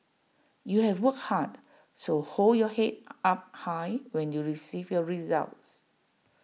you have work hard so hold your Head up high when you receive your results